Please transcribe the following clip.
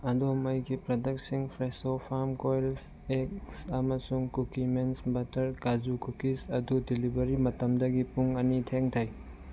ꯑꯗꯣꯝ ꯑꯩꯒꯤ ꯄ꯭ꯔꯗꯛꯁꯤꯡ ꯐ꯭ꯔꯦꯁꯣ ꯐꯥꯝ ꯀꯣꯏꯜꯁ ꯑꯦꯛꯁ ꯑꯃꯁꯨꯡ ꯀꯨꯀꯤꯃꯦꯟ ꯕꯠꯇꯔ ꯀꯥꯖꯨ ꯀꯨꯀꯤꯁ ꯑꯗꯨ ꯗꯤꯂꯤꯕꯔ ꯃꯇꯝꯗꯒꯤ ꯄꯨꯡ ꯑꯅꯤ ꯊꯦꯡꯊꯩ